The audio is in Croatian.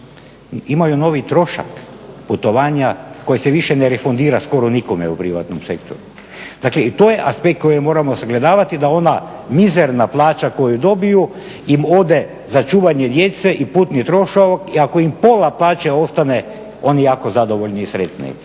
imaju novi trošak putovanja koje se više ne refundira skoro nikome u privatnom sektoru. Dakle, i to je aspekt kojeg moramo sagledavati da ona mizerna plaća koju dobiju im ode za čuvanje djece i putni trošak. I ako im pola plaće ostane oni jako zadovoljni i sretni.